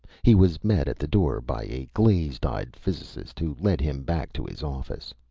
he was met at the door by a glazed-eyed physicist who led him back to his office.